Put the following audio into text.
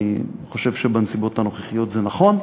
אני חושב שבנסיבות הנוכחיות זה נכון,